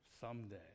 someday